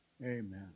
Amen